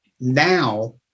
now